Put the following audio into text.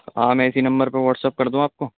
ہاں میں اسی نمبر کو واٹسپ کر دوں آپ کو